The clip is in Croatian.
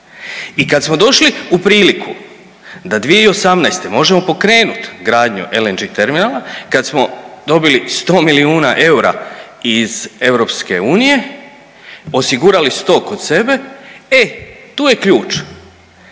I kad smo došli u priliku da 2018. možemo pokrenut gradnju LNG terminala, kad smo dobili 100 milijuna eura iz EU, osigurali 100 kod sebe, e tu je ključ,